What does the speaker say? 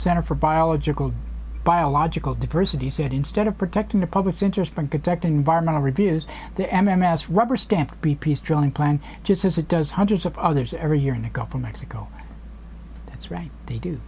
center for biology biological diversity said instead of protecting the public's interest from detecting environmental reviews the m m s rubberstamp b p s drilling plan just as it does hundreds of others every year in the gulf of mexico that's right they do